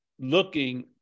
looking